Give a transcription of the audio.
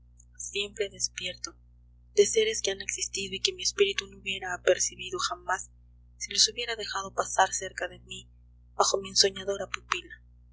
siempre despierto de seres que han existido y que mi espíritu no hubiera apercibido jamás si los hubiera dejado pasar cerca de mi bajo mi ensoñadora pupila